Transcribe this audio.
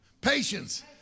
patience